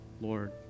Lord